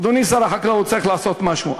אדוני שר החקלאות, צריך לעשות משהו.